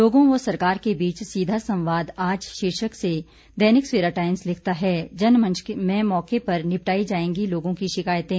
लोगों व सरकार के बीच सीधा संवाद आज शीर्षक से दैनिक सवेरा टाइम्स लिखता है जनमंच में मौके पर निपटाई जाएंगी लोगों की शिकायतें